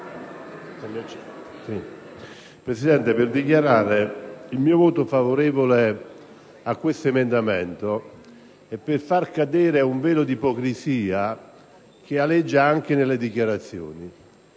Presidente, vorrei dichiarare il mio voto favorevole a questo emendamento e vorrei far cadere un velo di ipocrisia che aleggia anche nelle dichiarazioni